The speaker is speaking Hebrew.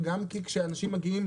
וגם מכיוון שכשאנשים מגיעים